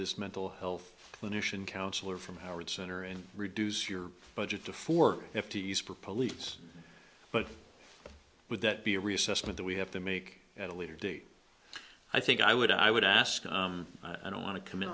this mental health clinician counselor from howard center and reduce your budget to four fifties for police but would that be a reassessment that we have to make at a later date i think i would i would ask i don't want to com